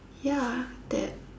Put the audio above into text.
ya that